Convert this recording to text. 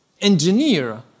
engineer